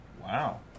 Wow